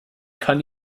kann